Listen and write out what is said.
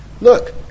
look